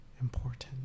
important